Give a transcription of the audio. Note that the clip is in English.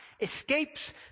escapes